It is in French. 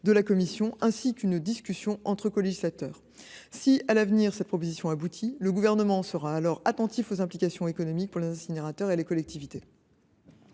de la Commission européenne, ainsi qu’une discussion entre colégislateurs. Si cette proposition aboutit, le Gouvernement sera attentif aux implications économiques pour les incinérateurs et les collectivités.